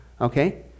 okay